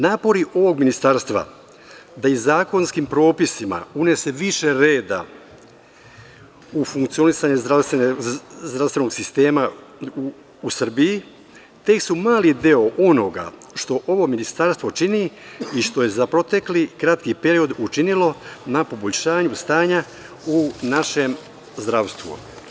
Napori ovog ministarstva da i zakonskim propisima unese više reda u funkcionisanje zdravstvenog sistema u Srbiji, tek su mali deo onoga što ovo ministarstvo čini i što je za protekli kratki period učinilo na poboljšanju stanja u našem zdravstvu.